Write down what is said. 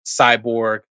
cyborg